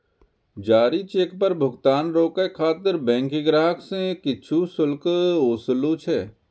जारी चेक पर भुगतान रोकै खातिर बैंक ग्राहक सं किछु शुल्क ओसूलै छै